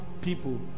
people